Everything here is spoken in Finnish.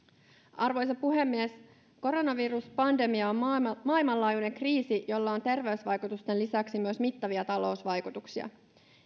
arvoisa puhemies koronaviruspandemia on maailmanlaajuinen kriisi jolla on terveysvaikutusten lisäksi myös mittavia talousvaikutuksia